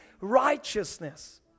righteousness